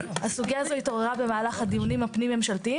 הסוגיה הזאת התעוררה במהלך דיונים הפנים ממשלתיים.